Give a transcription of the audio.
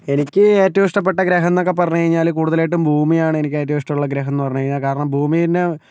എനിക്ക് ഏറ്റവും ഇഷ്ടപ്പെട്ട ഗ്രഹമെന്നൊക്കെ പറഞ്ഞ് കഴിഞ്ഞാൽ കൂടുതലായിട്ടും ഭൂമിയാണ് എനിക്ക് ഏറ്റവും ഇഷ്ടമുള്ള ഗ്രഹം എന്ന് പറഞ്ഞ് കഴിഞ്ഞാൽ കാരണം ഭൂമിയെ